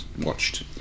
watched